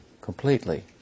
completely